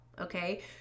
Okay